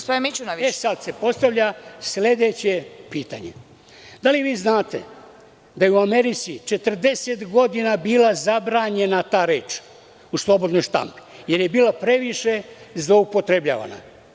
Sada se postavlja sledeće pitanje – da li vi znate da je u Americi 40 godina bila zabranjena ta reč u slobodnoj štampi, jer je bila previše zloupotrebljavana?